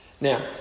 Now